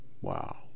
Wow